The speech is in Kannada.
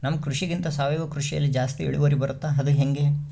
ನಮ್ಮ ಕೃಷಿಗಿಂತ ಸಾವಯವ ಕೃಷಿಯಲ್ಲಿ ಜಾಸ್ತಿ ಇಳುವರಿ ಬರುತ್ತಾ ಅದು ಹೆಂಗೆ?